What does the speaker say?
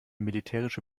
militärische